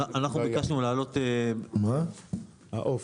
אנחנו ביקשנו להעלות --- אדוני היו"ר,